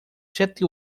sete